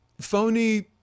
phony